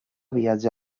viatja